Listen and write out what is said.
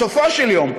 בסופו של דבר,